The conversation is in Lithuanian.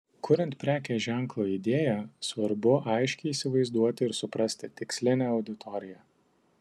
kuriant prekės ženklo idėją svarbu aiškiai įsivaizduoti ir suprasti tikslinę auditoriją